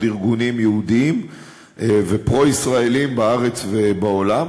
ארגונים יהודיים ופרו-ישראליים בארץ ובעולם,